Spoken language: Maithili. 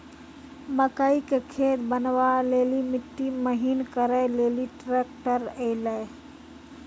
मकई के खेत बनवा ले ली मिट्टी महीन करे ले ली ट्रैक्टर ऐलो?